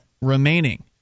remaining